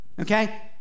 okay